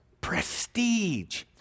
prestige